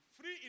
free